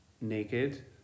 naked